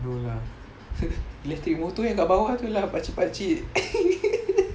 no lah electric motor yang kat bawah tu lah pakcik pakcik